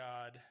God